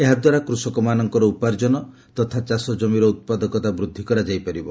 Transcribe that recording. ଏହାଦ୍ୱାରା କୃଷକମାନଙ୍କର ଉପାର୍ଜନ ତଥା ଚାଷଜମିର ଉତ୍ପାଦକତା ବୃଦ୍ଧି କରାଯାଇ ପାରିବ